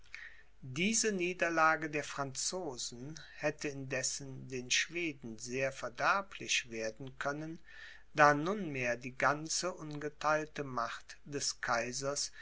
diese niederlage der franzosen hätte indessen den schweden sehr verderblich werden können da nunmehr die ganze ungetheilte macht des kaisers